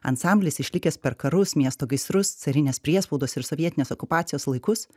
ansamblis išlikęs per karus miesto gaisrus carinės priespaudos ir sovietinės okupacijos laikus